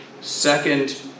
second